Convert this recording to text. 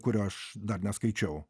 kurio aš dar neskaičiau